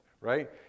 right